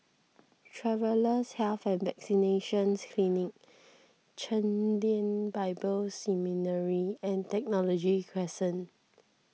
Travellers' Health and Vaccination Clinic Chen Lien Bible Seminary and Technology Crescent